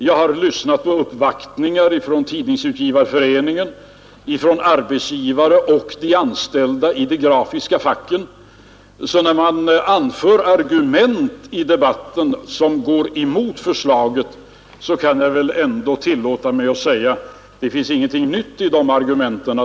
Jag har lyssnat på uppvaktningar från Tidningsutgivareföreningen och från arbetsgivare och de anställda i de grafiska facken. När man i debatten anför argument mot förslaget kan jag därför tillåta mig att säga att det finns ingenting nytt i de argumenten.